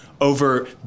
over